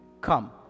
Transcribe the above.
come